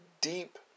deep